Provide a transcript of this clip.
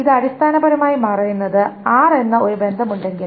ഇത് അടിസ്ഥാനപരമായി പറയുന്നത് ആർ എന്ന ഒരു ബന്ധമുണ്ടെങ്കിൽ